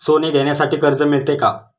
सोने घेण्यासाठी कर्ज मिळते का?